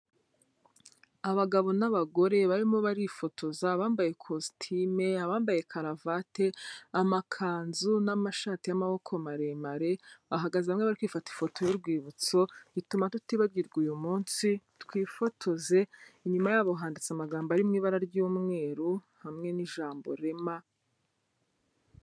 Abagabo n'abagore barimo barifotoza, abambaye ikositime, abambaye karavati, amakanzu n'amashati y'amaboko maremare, bahagaze hamwe bari kwifata ifoto y'urwibutso bituma tutibagirwa uyu munsi, twifotoze, inyuma yabo handitse amagambo ari mu ibara ry'umweru hamwe n'ijambo REMA.